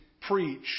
preach